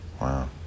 Wow